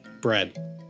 bread